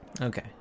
okay